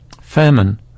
famine